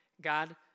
God